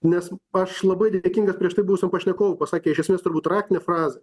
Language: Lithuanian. nes aš labai dėkingas prieš tai mūsų pašnekovui pasakė iš esmės turbūt tą raktinę frazę